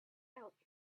out